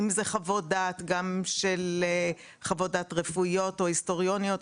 אם זה חוות דעת רפואיות או היסטוריוניות,